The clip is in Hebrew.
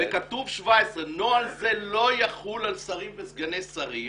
וכתוב: 'נוהל זה לא יחול על שרים וסגני שרים